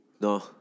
No